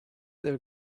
their